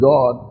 God